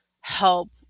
help